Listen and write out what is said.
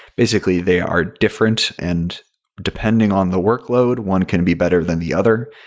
basically, they are different, and depending on the workload, one can be better than the other.